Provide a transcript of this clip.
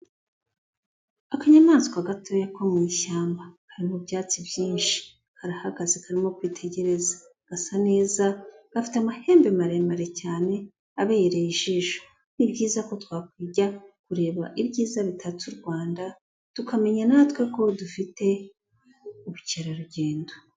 Akanyamanswa gatoya ko mu ishyamba, kari mu byatsi byinshi, karahagaze karimo kwitegereza, gasa neza, gafite amahembe maremare cyane abereye ijisho, ni byiza ko twakwijya kureba ibyiza bitatse u Rwanda, tukamenya natwe ko dufite ubukerarugendo.